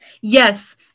Yes